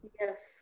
yes